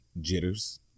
jitters